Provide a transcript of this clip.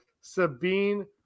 Sabine